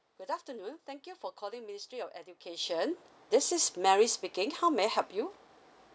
good afternoon thank you for calling ministry of education this is mary speaking how may I help you